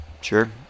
Sure